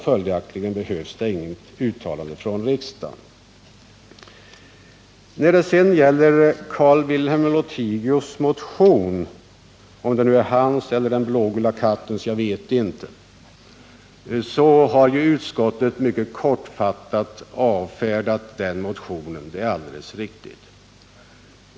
Följaktligen behövs det inget uttalande från riksdagen. Carl-Wilhelm Lothigius motion — om det nu är hans eller den blågula kattens, jag vet inte — har avfärdats mycket kortfattat av utskottet. Det är alldeles riktigt.